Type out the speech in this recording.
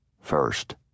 First